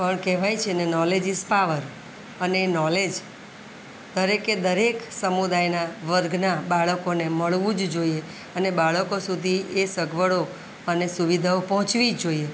પણ કહેવાય છે ને નોલેજ ઇઝ પાવર અને નોલેજ દરેકે દરેક સમુદાયના વર્ગના બાળકોને મળવું જ જોઈએ અને બાળકો સુધી એ સગવડો અને સુવિધાઓ પહોંચવી જોઈએ